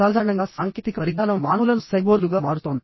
సాధారణంగా సాంకేతిక పరిజ్ఞానం మానవులను సైబోర్గ్లుగా మారుస్తోంది